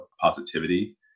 positivity